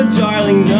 darling